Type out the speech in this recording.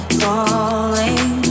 falling